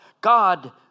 God